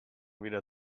wieder